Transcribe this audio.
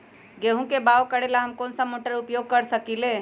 गेंहू के बाओ करेला हम कौन सा मोटर उपयोग कर सकींले?